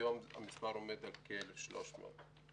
היום המספר עומד על כ-1,300 נפטרים בחודש.